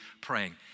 praying